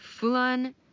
Fulan